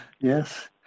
Yes